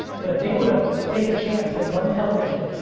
but if there were to take a chance and run television,